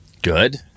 Good